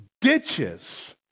ditches